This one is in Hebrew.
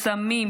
סמים,